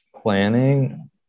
planning